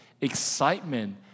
excitement